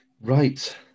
Right